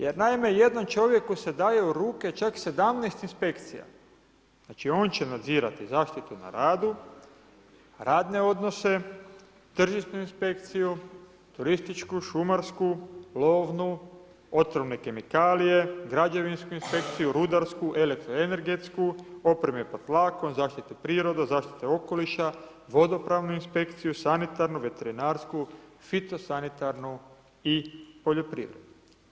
Jer naime, jednom čovjeku se daje u ruke čak 17 inspekcija, znači on će nadzirati zaštitu na radu, radne odnose, tržišnu inspekciju, turističku, šumarsku, lovnu, otrovne kemikalije, građevinsku inspekciju, rudarsku, elektroenergetsku, opreme pod tlakom, zaštitu prirode, zaštitu okoliša, vodopravnu inspekciju, sanitarnu, veterinarsku, fitosanitarnu i poljoprivrednu.